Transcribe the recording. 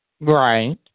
Right